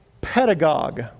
pedagogue